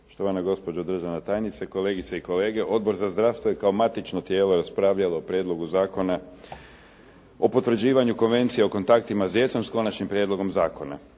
štovana gospođo državna tajnice, kolegice i kolege. Odbor za zdravstvo je kao matično tijelo raspravljalo o Prijedlogu zakona o potvrđivanju Konvencije o kontaktima s djecom s Konačnim prijedlogom zakona.